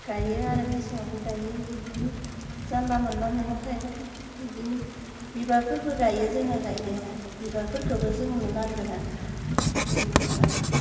गायो आरो मेसेङावबो गायो बिदिनो जानला मोनला मेगं थाइगं बिदिनो बिबारफोरबो गायो जोङो गायनाया बिबारफोरखौबो जोंनो नांगो ना जेनबा